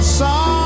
song